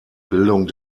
bildung